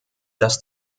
dass